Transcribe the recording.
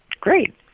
Great